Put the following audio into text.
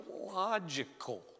logical